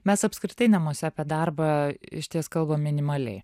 mes apskritai namuose apie darbą išties kalbam minimaliai